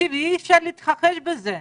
אי אפשר להתכחש לזה.